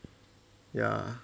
ya